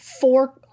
four